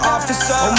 Officer